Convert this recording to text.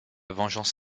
vengeance